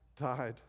died